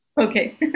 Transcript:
Okay